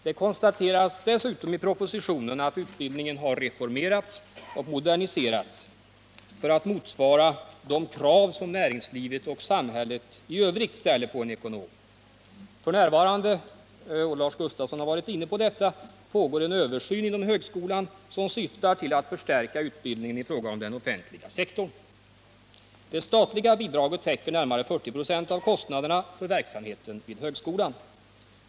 Det konstateras dessutom i propositionen att utbildningen har reformerats och moderniserats ”för att motsvara de krav som näringslivet och samhället i övrigt ställer på en ekonom”. F. n. pågår en översyn inom högskolan — Lars Gustafsson har varit inne på detta — som syftar till att förstärka utbildningen i fråga om den offentliga sektorn. Det statliga bidraget täcker närmare 40 96 av kostnaderna för verksamheten vid högskolan.